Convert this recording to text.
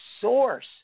source